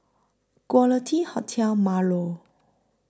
Quality Hotel Marlow